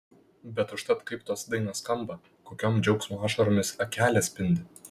bet užtat kaip tos dainos skamba kokiom džiaugsmo ašaromis akelės spindi